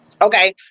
Okay